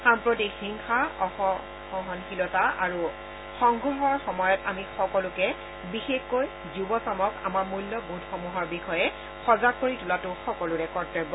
সাম্প্ৰতিক হিংসা অসহনশীলতা আৰু সংঘৰ্ষৰ সময়ত আমি সকলোকে বিশেষকৈ যুৱ চামক আমাৰ মূল্যবোধসমূহৰ বিষয়ে সজাগ কৰি তোলাটো সকলোৰে কৰ্তব্য